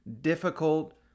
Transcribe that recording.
difficult